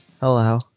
Hello